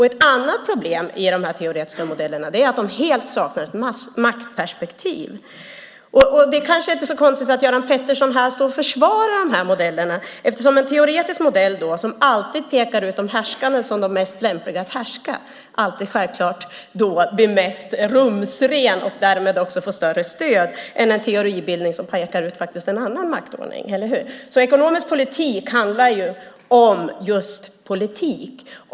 Ett annat problem med dessa teoretiska modeller är att de helt saknar ett maktperspektiv. Det kanske inte är så konstigt att Göran Pettersson står och försvarar de här modellerna, eftersom en teoretisk modell som alltid pekar ut de härskande som de mest lämpliga att härska självklart alltid blir mest rumsren och därmed också får större stöd än en teori som pekar ut en annan maktordning. Eller hur? Ekonomisk politik handlar om just politik.